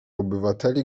obywateli